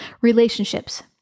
relationships